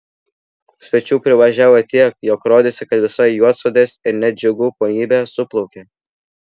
svečių privažiavo tiek jog rodėsi kad visa juodsodės ir net džiugų ponybė suplaukė